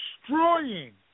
destroying